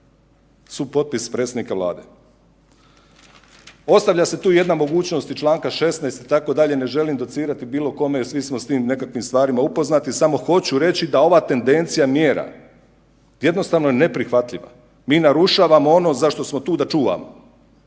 supotpis predsjednika Vlade. Ostavlja se tu jedna mogućnost i čl. 16. itd. ne želim docirati bilo kome jel svi smo s tim nekakvim stvarima upoznati, samo hoću reći da ova tendencija mjera jednostavno neprihvatljiva. Mi narušavamo ono zašto smo tu da čuvamo.